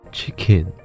Chicken